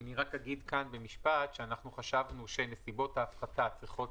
מכיוון שחשבנו שנסיבות ההפחתה צריכות